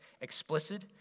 explicit